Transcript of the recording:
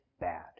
bad